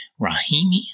Rahimi